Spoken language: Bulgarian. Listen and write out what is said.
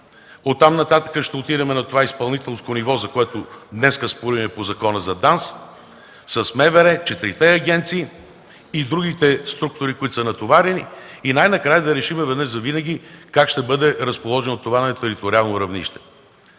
Оттам нататък ще отидем на това изпълнителско ниво, за което днес спорим по Закона за ДАНС – с МВР, четирите агенции и другите структури, които са натоварени, и най-накрая да решим веднъж завинаги как ще бъде разположено това на териториално равнище.